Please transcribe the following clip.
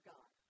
God